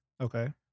Okay